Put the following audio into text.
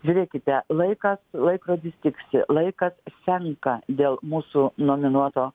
žiūrėkite laikas laikrodis tiksi laikas senka dėl mūsų nominuoto